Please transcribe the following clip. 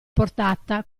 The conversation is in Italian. portata